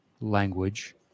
language